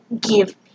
give